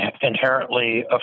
inherently